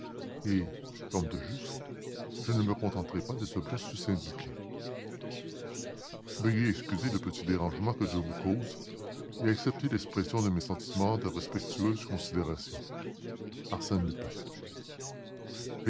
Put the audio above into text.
et comme de juste je ne me contenterai pas des objets sus indiqués veuillez excuser le petit dérangement que je vous cause et accepter l'expression de mes sentiments de respectueuse considération arsène lupin